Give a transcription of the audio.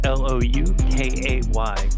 l-o-u-k-a-y